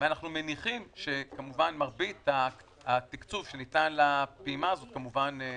ואנחנו מניחים שכמובן מרבית התקצוב שניתן לפעימה הזאת ימוצה.